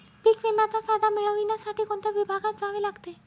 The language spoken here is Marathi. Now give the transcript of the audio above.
पीक विम्याचा फायदा मिळविण्यासाठी कोणत्या विभागात जावे लागते?